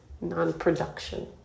non-production